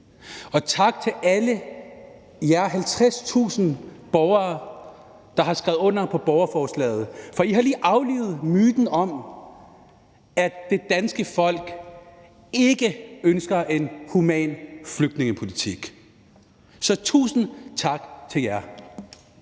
Og tak til alle jer 50.000 borgere, der har skrevet under på borgerforslaget, for I har lige aflivet myten om, at det danske folk ikke ønsker en human flygtningepolitik. Så tusind tak til jer.